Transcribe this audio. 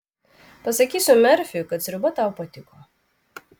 pasakysiu merfiui kad sriuba tau patiko